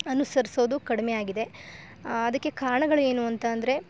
ಅನುಸರ್ಸೊದು ಕಡ್ಮೆಯಾಗಿದೆ ಅದಕ್ಕೆ ಕಾರ್ಣಗಳೇನು ಅಂತಂದ್ರೆ